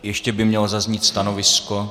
Ještě by mělo zaznít stanovisko.